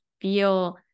feel